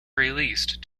released